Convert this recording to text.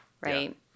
Right